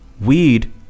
Weed